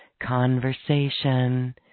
conversation